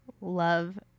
Love